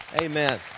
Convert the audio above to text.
Amen